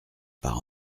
par